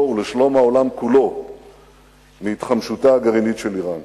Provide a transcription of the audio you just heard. ולשלום העולם כולו מהתחמשותה הגרעינית של אירן.